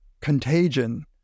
contagion